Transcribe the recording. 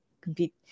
compete